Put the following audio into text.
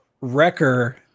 Wrecker